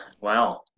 Wow